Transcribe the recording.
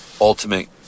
ultimate